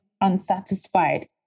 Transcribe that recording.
unsatisfied